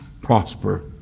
prosper